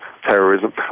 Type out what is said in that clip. terrorism